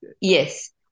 Yes